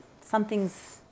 something's